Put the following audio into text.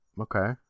Okay